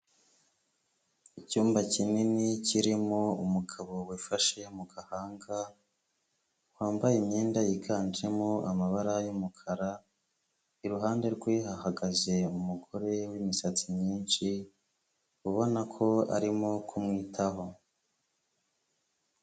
Icyumba kinini kirimo umugabo wifashe mu gahanga wambaye imyenda yiganjemo amabara y'umukara, iruhande rwe hahagaze umugore w'imisatsi myinshi ubona ko arimo kumwitaho.